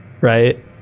right